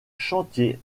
chantiers